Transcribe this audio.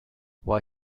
why